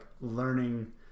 learning